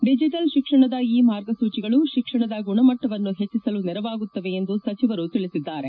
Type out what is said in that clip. digital ಶಿಕ್ಷಣದ ಈ ಮಾರ್ಗಸೂಚಿಗಳು ಶಿಕ್ಷಣದ ಗುಣಮಟ್ಟವನ್ನು ಹೆಚ್ಚಿಸಲು ನೆರವಾಗುತ್ತದೆ ಎಂದು ಸಚಿವರು ತಿಳಿಸಿದ್ದಾರೆ